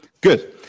good